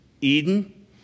Eden